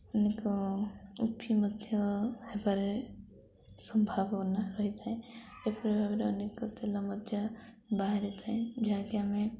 ଅନେକ ଉପି ମଧ୍ୟ ହେବାରେ ସମ୍ଭାବନା ରହିଥାଏ ଏପରି ଭାବରେ ଅନେକ ତେଲ ମଧ୍ୟ ବାହାରିଥାଏ ଯାହାକି ଆମେ